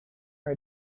are